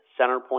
CenterPoint